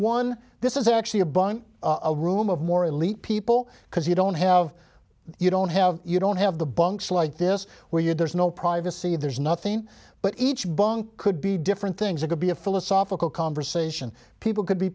one this is actually a bunk a room of more elite people because you don't have you don't have you don't have the bunks like this where you there's no privacy there's nothing but each bunk could be different things it could be a philosophical conversation people could be